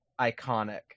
iconic